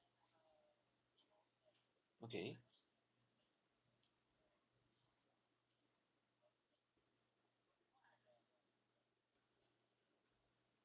okay